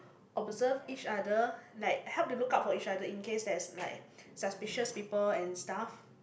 observe each other like help to look out for each other in case there's like suspicious people and stuff